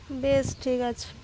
বেশ ঠিক আছে